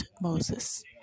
Moses